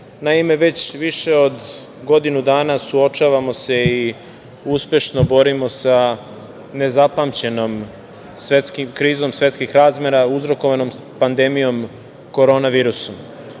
Naime, već više od godinu dana suočavamo se i uspešno borimo sa nezapamćenom krizom svetskih razmera uzrokovanom pandemijom korona virusa.